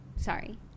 sorry